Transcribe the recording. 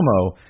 promo